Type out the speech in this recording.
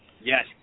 Yes